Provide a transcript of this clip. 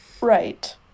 Right